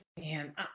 Man